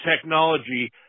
technology